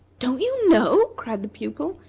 don't you know? cried the pupil,